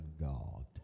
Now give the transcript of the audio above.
God